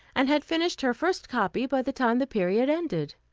and had finished her first copy by the time the period ended.